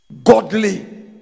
Godly